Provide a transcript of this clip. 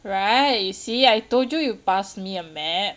right you see I told you you passed me a map